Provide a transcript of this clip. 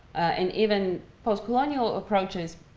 and even post-colonial approaches,